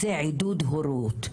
זה עידוד הורות.